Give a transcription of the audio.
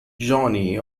johnnie